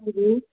ਹਾਂਜੀ